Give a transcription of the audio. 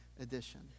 edition